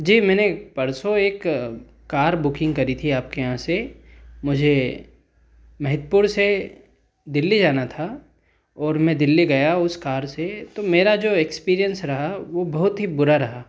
जी मैंने परसों एक कार बुकिंग करी थी आपके यहाँ से मुझे मेहतपुर से दिल्ली जाना था और मैं दिल्ली गया उस कार से तो मेरा जो एक्स्पीरिंस रहा वह बहुत ही बुरा रहा